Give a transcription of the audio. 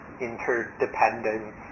interdependence